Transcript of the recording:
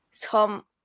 Tom